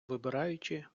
вибираючи